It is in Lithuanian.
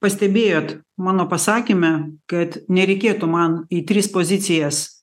pastebėjot mano pasakyme kad nereikėtų man į tris pozicijas